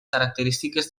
característiques